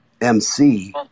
MC